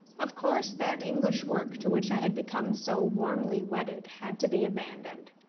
of course that english work to which i had become so warmly wedded had to be abandoned.